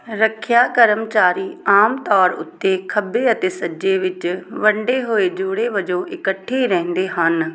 ਰੱਖਿਆ ਕਰਮਚਾਰੀ ਆਮ ਤੌਰ ਉੱਤੇ ਖੱਬੇ ਅਤੇ ਸੱਜੇ ਵਿੱਚ ਵੰਡੇ ਹੋਏ ਜੋੜੇ ਵੱਜੋਂ ਇਕੱਠੇ ਰਹਿੰਦੇ ਹਨ